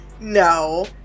no